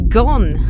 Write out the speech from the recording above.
gone